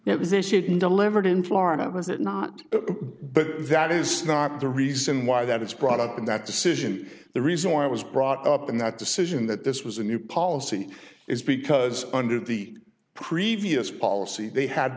issued and delivered in florida was it not but that is not the reason why that is brought up in that decision the reason why it was brought up in that decision that this was a new policy is because under the previous policy they had